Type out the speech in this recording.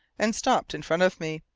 and stopped in front of me.